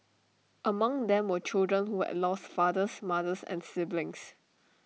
among them were children who had lost fathers mothers and siblings